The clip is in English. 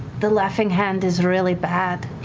the laughing hand is really bad.